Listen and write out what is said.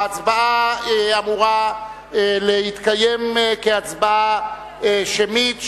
ההצבעה אמורה להתקיים כהצבעה שמית,